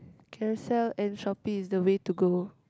Carousell and Shoppee is the way to go